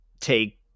take